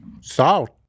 Salt